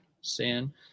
sin